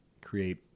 create